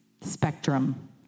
spectrum